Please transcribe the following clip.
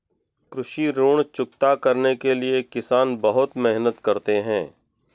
कृषि ऋण चुकता करने के लिए किसान बहुत मेहनत करते हैं